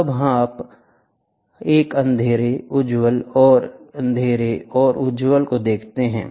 तब हम एक अंधेरा उज्ज्वल अंधेरा उज्ज्वल को देखते हैं